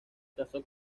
casó